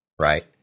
right